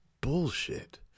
bullshit